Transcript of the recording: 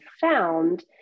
found